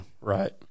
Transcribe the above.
right